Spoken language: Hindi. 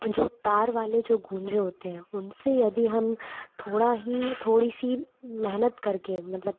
जो तार वाले जो गूंजे होते हैं उनसे यदि हम थोड़ा ही थोड़ी सी मेहनत करके मतलब